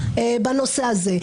ושקולים בנושא הזה.